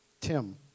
Tim